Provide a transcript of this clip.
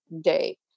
day